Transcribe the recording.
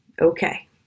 Okay